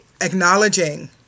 acknowledging